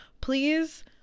please